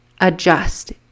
adjust